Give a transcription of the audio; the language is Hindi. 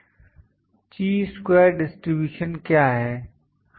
ची स्क्वेर डिस्ट्रब्यूशन क्या है